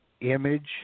image